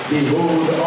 Behold